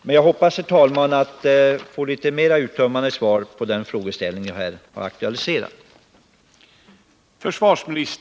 Men jag hoppas, herr talman, att få ett litet mera uttömmande svar på den fråga som jag här har aktualiserat.